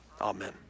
Amen